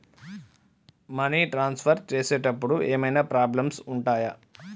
Money transfer చేసేటప్పుడు ఏమైనా problems ఉంటయా?